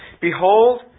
Behold